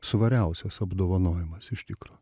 svariausias apdovanojimas iš tikro